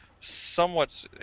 somewhat